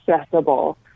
accessible